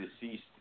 deceased